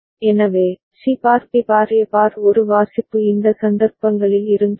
எனவே C bar B bar A bar ஒரு வாசிப்பு இந்த சந்தர்ப்பங்களில் இருந்திருக்கும்